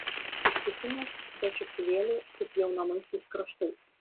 ištisinės be čiuptuvėlių su pjaunamaisiais kraštais